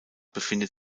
befindet